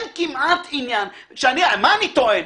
מה אני טוען?